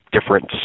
difference